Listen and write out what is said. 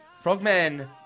Frogman